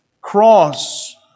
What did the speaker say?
cross